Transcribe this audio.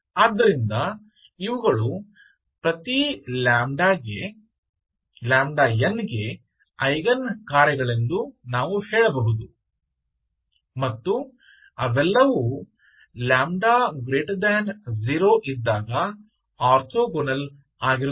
ಆದ್ದರಿಂದ ಇವುಗಳು ಪ್ರತಿ n ಗೆ ಐಗನ್ ಕಾರ್ಯಗಳೆಂದು ನಾವು ಹೇಳಬಹುದು ಮತ್ತು ಅವೆಲ್ಲವೂ λ 0 ಇದ್ದಾಗ ಆರ್ಥೋಗೋನಲ್ ಆಗಿರುತ್ತವೆ